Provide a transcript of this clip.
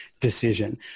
decision